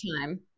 time